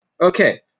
Okay